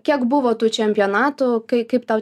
kiek buvo tų čempionatų kai kaip tau